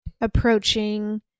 approaching